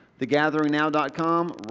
thegatheringnow.com